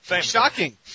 shocking